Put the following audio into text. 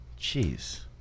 Jeez